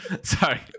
Sorry